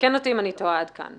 תקן אותי אם אני טועה עד כאן.